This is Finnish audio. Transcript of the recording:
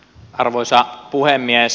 arvoisa puhemies